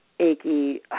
achy